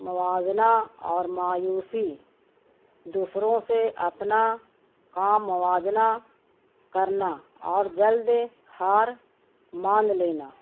موازنہ اور مایوسی دوسروں سے اپنا کام موازنہ کرنا اور جلد ہار مان لینا